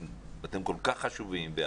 אתם כל כך חשובים.